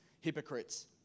Hypocrites